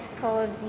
cozy